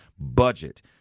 budget